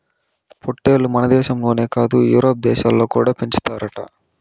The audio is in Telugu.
పొట్టేల్లు మనదేశంలోనే కాదు యూరోప్ దేశాలలో కూడా పెంచుతారట